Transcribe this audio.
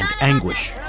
anguish